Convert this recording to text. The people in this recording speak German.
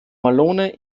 malone